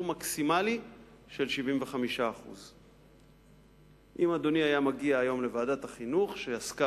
מקסימלי של 75%. אם אדוני היה מגיע היום לוועדת החינוך שעסקה